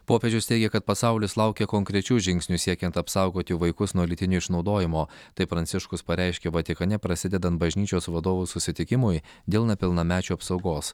popiežius teigia kad pasaulis laukia konkrečių žingsnių siekiant apsaugoti vaikus nuo lytinio išnaudojimo taip pranciškus pareiškė vatikane prasidedant bažnyčios vadovų susitikimui dėl nepilnamečių apsaugos